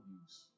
use